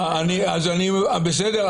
אז אני --- בסדר,